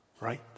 Right